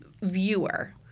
viewer